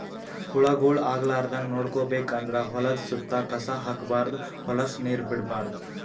ಹುಳಗೊಳ್ ಆಗಲಾರದಂಗ್ ನೋಡ್ಕೋಬೇಕ್ ಅಂದ್ರ ಹೊಲದ್ದ್ ಸುತ್ತ ಕಸ ಹಾಕ್ಬಾರ್ದ್ ಹೊಲಸ್ ನೀರ್ ಬಿಡ್ಬಾರ್ದ್